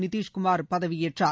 நிதிஷ்குமார் பதவியேற்றார்